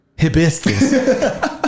Hibiscus